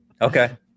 okay